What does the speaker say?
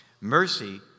Mercy